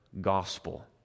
Gospel